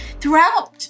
Throughout